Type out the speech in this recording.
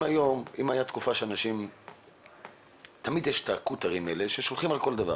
תמיד יש את הקוטרים האלה ששולחים פנייה על כל דבר